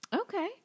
Okay